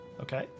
Okay